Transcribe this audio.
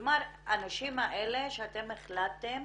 כלומר הנשים האלה שהחלטתם